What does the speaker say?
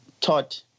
taught